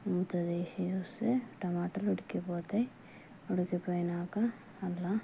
మూత తీసి చూస్తే టమాటాలు ఉడికిపోతాయి ఉడికిపోయినాక అందులో